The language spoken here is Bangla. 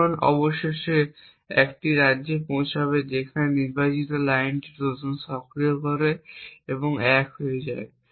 এবং অবশেষে এমন একটি রাজ্যে পৌঁছাবে যেখানে নির্বাচিত লাইন ট্রোজান সক্রিয় করে 1 হয়ে যায়